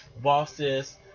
bosses